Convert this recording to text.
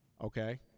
okay